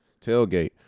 tailgate